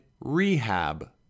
rehab